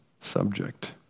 subject